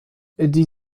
die